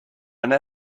now